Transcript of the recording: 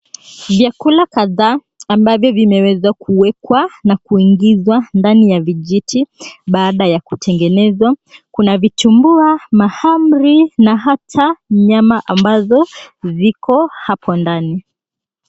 Vyakula kadhaa ambavyo vimeweza kuwekwa na kuingizwa ndani ya vijiti, baada ya kutengenezwa. Kuna vitumbua, mahamri na hata nyama ambazo ziko hapo ndani.